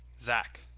Zach